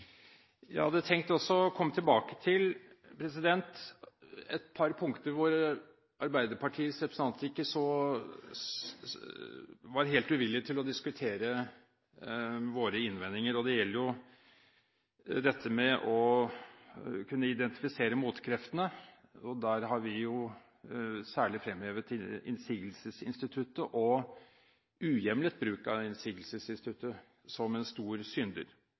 Jeg hadde også tenkt å komme tilbake til et par punkter hvor Arbeiderpartiets representant ikke var helt uvillig til å diskutere våre innvendinger, og det gjelder å kunne identifisere motkreftene. Der har vi særlig fremhevet innsigelsesinstituttet og uhjemlet bruk av innsigelsesinstituttet som en stor synder.